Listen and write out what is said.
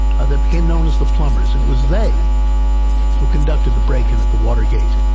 ah they became known as the plumbers. and it was they who conducted the break-in at the watergate,